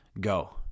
go